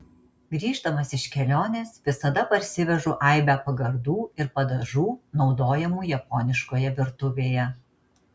grįždamas iš kelionės visada parsivežu aibę pagardų ir padažų naudojamų japoniškoje virtuvėje